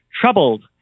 troubled